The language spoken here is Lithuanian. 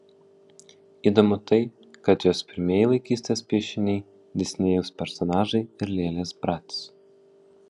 įdomu tai kad jos pirmieji vaikystės piešiniai disnėjaus personažai ir lėlės brac